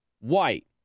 white